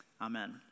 Amen